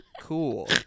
Cool